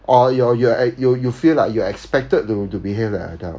or you're you're you you feel like you are expected to to behave like adult